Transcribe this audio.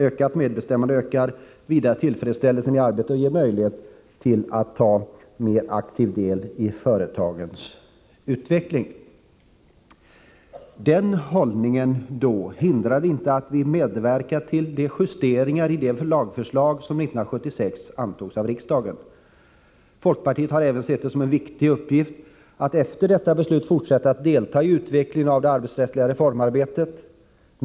Ökat medbestämmande ökar vidare tillfredsställelseni arbetet och ger möjlighet till att ta mer aktiv del i företagens utveckling. Denna hållning hindrade inte att vi medverkade till justeringar i de lagförslag som antogs av riksdagen 1976. Folkpartiet har även sett det som en viktig uppgift att efter detta beslut fortsätta att delta i utvecklingen av det arbetsrättsliga reformarbetet.